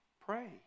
Pray